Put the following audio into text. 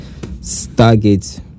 Stargate